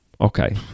Okay